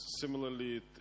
similarly